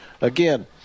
Again